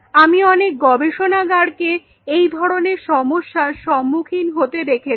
আমি অনেক গবেষণাগার কে Refer Time2523 এই ধরনের সমস্যার সম্মুখীন হতে দেখেছি